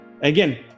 again